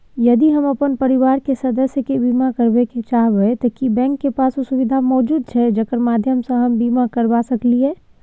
यदि हम अपन परिवार के सदस्य के बीमा करबे ले चाहबे त की बैंक के पास उ सुविधा मौजूद छै जेकर माध्यम सं हम बीमा करबा सकलियै?